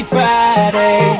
Friday